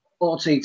OTT